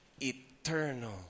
eternal